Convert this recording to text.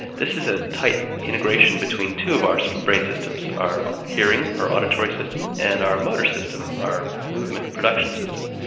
this is a tight integration between two of our brain systems our hearing, our auditory system, and our motor system, our movement production system.